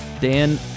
Dan